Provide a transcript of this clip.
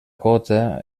gota